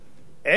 כאב,